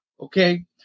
Okay